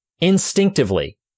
instinctively